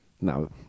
No